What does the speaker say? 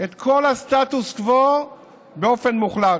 את כל הסטטוס קוו באופן מוחלט.